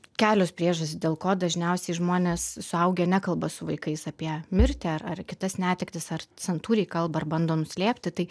kelios priežastys dėl ko dažniausiai žmonės suaugę nekalba su vaikais apie mirtį ar ar kitas netektis ar santūriai kalba ar bando nuslėpti tai